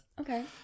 Okay